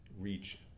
reach